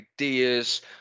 ideas